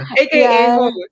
AKA